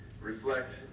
reflect